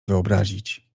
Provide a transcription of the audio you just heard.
wyobrazić